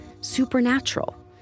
supernatural